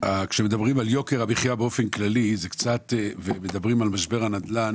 כשמדברים על יוקר המחיה באופן כללי ומדברים על משבר הנדל"ן,